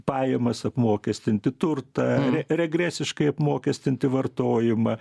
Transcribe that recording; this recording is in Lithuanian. pajamas apmokestinti turtą regresiškai apmokestinti vartojimą